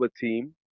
team